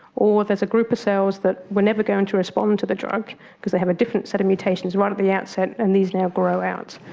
or there's a group of cells that were never going to respond to the drug because they have a different set of mutations right at the outset, and these now grow out.